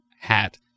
hat